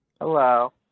Hello